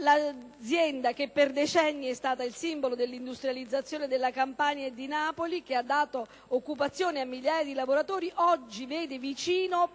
L'azienda, che è stata per decenni il simbolo dell'industrializzazione della Campania e di Napoli e ha dato occupazione a migliaia di lavoratori, oggi vede